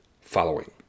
following